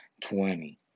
twenty